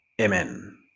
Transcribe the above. Amen